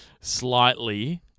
Slightly